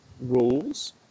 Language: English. rules